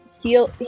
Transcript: Heal